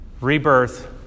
Rebirth